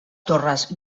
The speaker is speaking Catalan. torres